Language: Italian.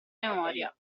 memoria